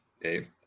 Dave